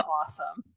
awesome